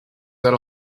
that